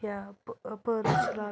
یا پٲدٕ چھِ لا